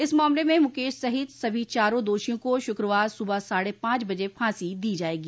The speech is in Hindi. इस मामले में मुकेश सहित सभी चारों दोषियों को शुक्रवार सुबह साढ़े पांच बजे फांसी दी जाएगी